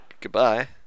goodbye